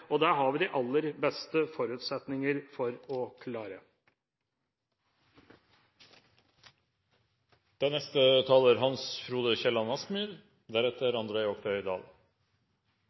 har vi de aller beste forutsetninger for å klare.